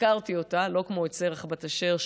הכרתי אותה לא כמו את שרח בת אשר,